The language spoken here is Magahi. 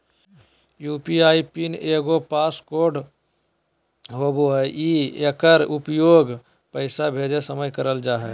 यू.पी.आई पिन एगो पास कोड होबो हइ एकर उपयोग पैसा भेजय समय कइल जा हइ